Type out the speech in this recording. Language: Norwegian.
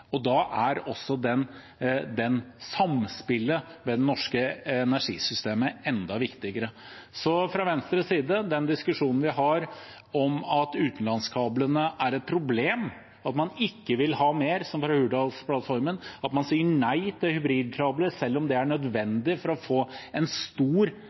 og da er også dette samspillet med det norske energisystemet enda viktigere. Så fra Venstres side: Den diskusjonen vi har om at utenlandskablene er et problem, at man ikke vil ha flere, som fra Hurdalsplattformen, at man sier nei til hybridkabler, selv om det er nødvendig for å få en stor